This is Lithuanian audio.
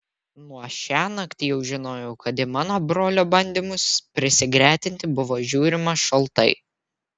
nuo šiąnakt jau žinojau kad į mano brolio bandymus prisigretinti buvo žiūrima šaltai